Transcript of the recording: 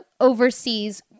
oversees